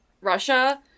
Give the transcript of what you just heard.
Russia